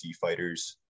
fighters